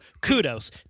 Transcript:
kudos